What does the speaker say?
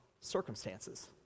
circumstances